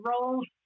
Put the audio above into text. roles